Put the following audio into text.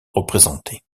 représenter